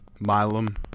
Milam